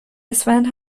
اسفند